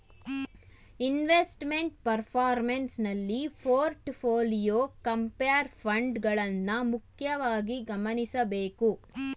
investment performance ನಲ್ಲಿ portfolio, compare funds ಗಳನ್ನ ಮುಖ್ಯವಾಗಿ ಗಮನಿಸಬೇಕು